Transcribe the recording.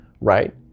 right